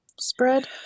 spread